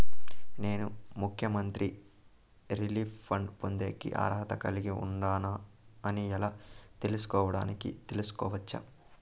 నేను ముఖ్యమంత్రి relief fund పొందేకి అర్హత కలిగి ఉండానా అని ఎలా తెలుసుకోవడానికి తెలుసుకోవచ్చు